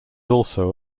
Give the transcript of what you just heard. also